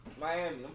Miami